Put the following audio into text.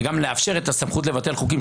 וגם לאפשר את הסמכות לבטל חוקים,